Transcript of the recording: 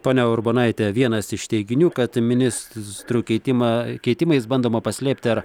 ponia urbonaite vienas iš teiginių kad ministrų keitimą keitimais bandoma paslėpti ar